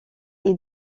ils